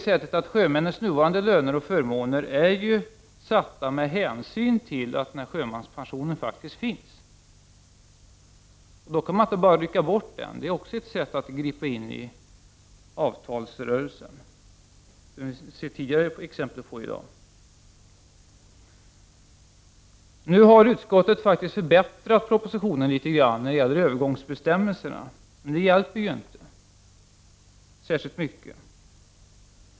Sjömännens nuvarande löner och förmåner är satta med hänsyn till att sjömanspensionen finns, och då kan man inte bara rycka bort den — det är också ett sätt att gripa in i avtalsrörelsen, som vi har sett exempel på tidigare i dag. Utskottet har förbättrat propositionen litet grand när det gäller övergångsbestämmelserna, men det hjälper inte särskilt mycket.